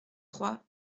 trois